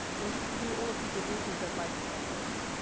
and do all of these abilities that life itself does.